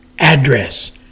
address